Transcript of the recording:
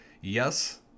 yes